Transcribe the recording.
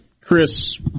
Chris